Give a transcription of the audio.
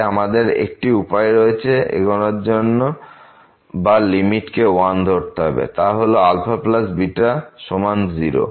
তাই আমাদের একটি উপায় রয়েছে এগোনোর জন্য বা লিমিটকে 1 করতে তা হল αβ সমান 0